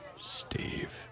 Steve